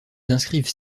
inscrivent